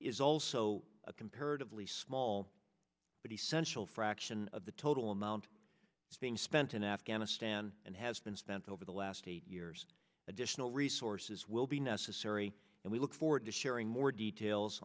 is also a comparatively small but essentially a fraction of the total amount being spent in afghanistan and has been spent over the last eight years additional resources will be necessary and we look forward to sharing more details